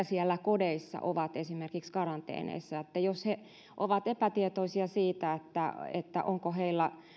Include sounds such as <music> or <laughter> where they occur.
<unintelligible> siellä kodeissa ovat esimerkiksi karanteenissa jos he ovat epätietoisia siitä onko heillä